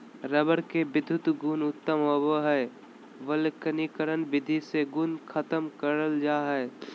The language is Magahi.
रबर के विधुत गुण उत्तम होवो हय वल्कनीकरण विधि से गुण खत्म करल जा हय